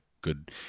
good